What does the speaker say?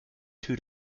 two